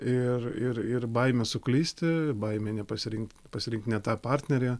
ir ir ir baimė suklysti baimė nepasirinkt pasirinkt ne tą partnerę